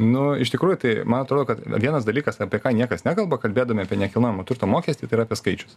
nu iš tikrųjų tai man atrodo kad vienas dalykas apie ką niekas nekalba kalbėdami apie nekilnojamo turto mokestį tai yra apie skaičius